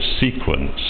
sequence